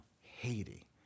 Haiti